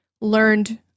learned